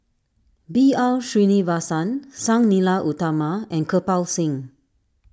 B R Sreenivasan Sang Nila Utama and Kirpal Singh